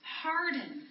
harden